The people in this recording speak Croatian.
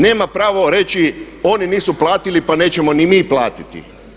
Nema pravo reći oni nisu platili pa nećemo ni mi platiti.